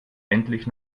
endlich